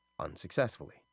unsuccessfully